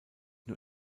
nur